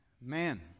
man